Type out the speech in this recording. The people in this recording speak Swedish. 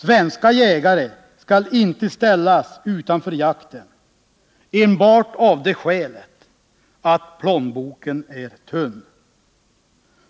Svenska jägare skall inte ställas utanför jakten enbart av det skälet att plånboken är tunn.